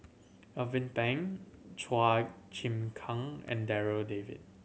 Alvin Pang Chua Chim Kang and Darryl David